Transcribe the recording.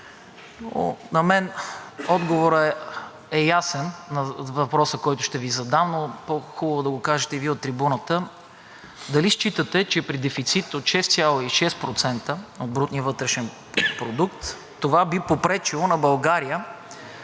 За мен отговорът на въпроса, който ще Ви задам, е ясен, но е по-хубаво да кажете и Вие от трибуната: дали считате, че при дефицит от 6,6% от брутния вътрешен продукт това би попречило на България,